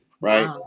right